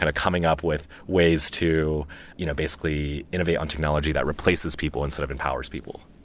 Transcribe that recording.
and coming up with ways to you know basically innovate on technology that replaces people, instead of empowers people